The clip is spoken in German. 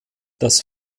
das